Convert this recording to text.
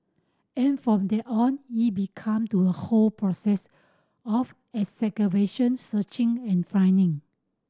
and from then on it became to a whole process of excavation searching and finding